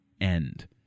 end